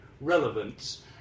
relevance